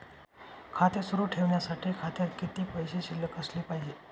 खाते सुरु ठेवण्यासाठी खात्यात किती पैसे शिल्लक असले पाहिजे?